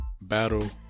Battle